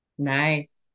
Nice